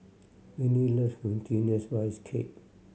Finley love Glutinous Rice Cake